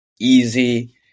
Easy